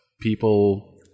people